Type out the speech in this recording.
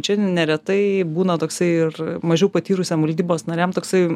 čia neretai būna toksai ir mažiau patyrusiam valdybos nariam toksai